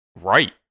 right